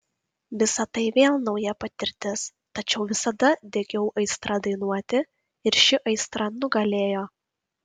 visa tai vėl nauja patirtis tačiau visada degiau aistra dainuoti ir ši aistra nugalėjo